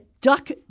duck